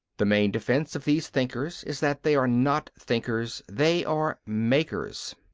the main defence of these thinkers is that they are not thinkers they are makers.